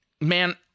man